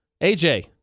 AJ